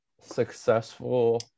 successful